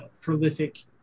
prolific